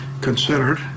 considered